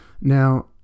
Now